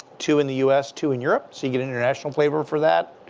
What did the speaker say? two in the u s. two in europe. so you get international flavor for that.